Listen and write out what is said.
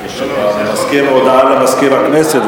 הודעה למזכיר הכנסת,